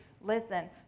listen